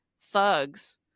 thugs